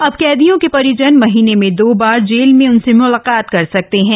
अब कैदियों के परिजन महीने में दो बार जेल में उनसे मुलाकात कर सकेंगे